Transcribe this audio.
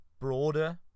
broader